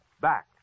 back